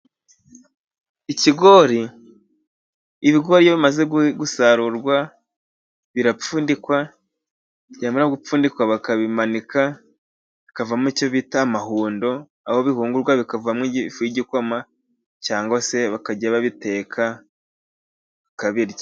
Ikigori, ibigori iyo bimaze gusarurwa birapfundikwa, byamara gupfundikwa, bakabimanika bikavamo icyo bita mahundo. Aho bihungurwa bikavamo ifu y'igikoma, cyangwa se bakajya babiteka bakabirya.